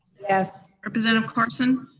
yes. representative carson?